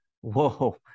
Whoa